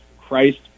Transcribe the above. Christ